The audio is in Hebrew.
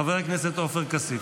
חבר הכנסת עופר כסיף.